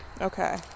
Okay